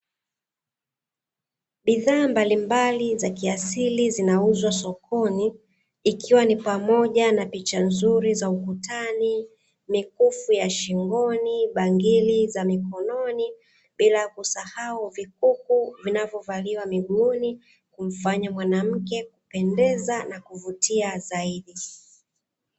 Bidhaa mbalimbali za kiasili zinauzwa sokoni, ikiwa ni pamoja na; picha nzuri za ukutani, mikufu ya shingoni, bangili za mikononi, bila kusahau vikufu vinavyovaliwa miguuni humfanya mwanamke kupendeza na kuvutia zaidi.